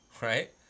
right